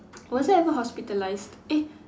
was I ever hospitalised eh